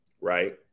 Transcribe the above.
right